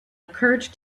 occurred